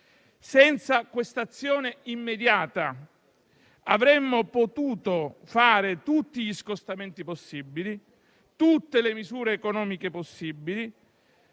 Senza questa azione immediata avremmo potuto fare tutti gli scostamenti possibili, tutte le misure economiche possibili,